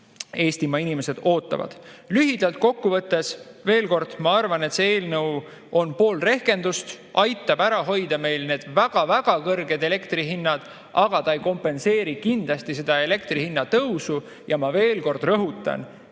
Eestimaa inimesed ootavad. Lühidalt kokku võttes veel kord: ma arvan, et see eelnõu on pool rehkendust, aitab ära hoida meil need väga kõrged elektrihinnad, aga see ei kompenseeri kindlasti senist elektri hinna tõusu. Ja ma veel kord rõhutan: